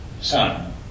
son